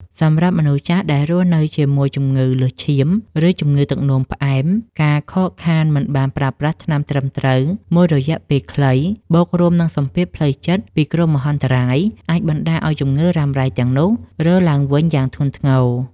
សម្រាប់មនុស្សចាស់ដែលរស់នៅជាមួយជំងឺលើសឈាម ឬជំងឺទឹកនោមផ្អែម ការខកខានមិនបានប្រើប្រាស់ថ្នាំត្រឹមតែមួយរយៈពេលខ្លី បូករួមនឹងសម្ពាធផ្លូវចិត្តពីគ្រោះមហន្តរាយ អាចបណ្តាលឱ្យជំងឺរ៉ាំរ៉ៃទាំងនោះរើឡើងវិញយ៉ាងធ្ងន់ធ្ងរ។